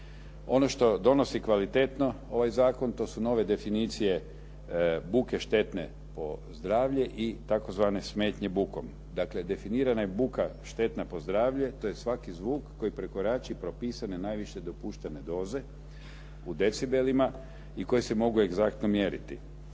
Ono što donosi kvalitetno ovaj zakon, to su nove definicije buke štetne po zdravlje i tzv. smetnje bukom. Dakle, definirana je buka štetna po zdravlje, to je svaki zvuk koji prekorači propisane najviše dopuštene doze u decibelima i koji se mogu egzaktno mjeriti.